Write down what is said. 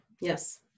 Yes